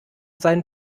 seinen